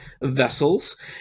vessels